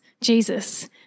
Jesus